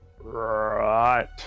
Right